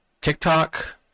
TikTok